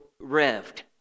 revved